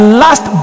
last